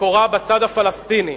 מקורה בצד הפלסטיני.